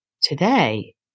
today